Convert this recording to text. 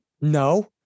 No